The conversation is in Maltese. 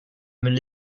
mill